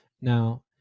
Now